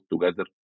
together